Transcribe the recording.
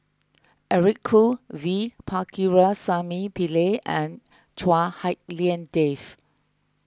Eric Khoo V Pakirisamy Pillai and Chua Hak Lien Dave